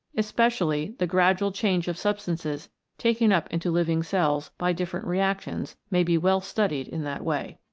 especially the gradual change of substances taken up into living cells by different reactions may be well studied in that way.